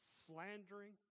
slandering